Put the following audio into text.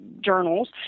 journals